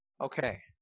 Okay